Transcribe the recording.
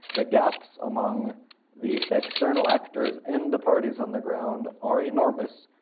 the gaps among the external actors and the parties on the ground are enormous,